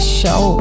show